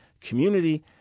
community